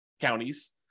counties